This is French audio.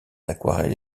aquarelles